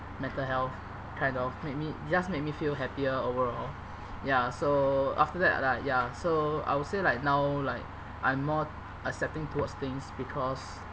mental health kind of make me just make me feel happier overall ya so after that like ya so I would say like now like I'm more accepting towards things because